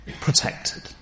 ...protected